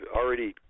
already